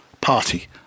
party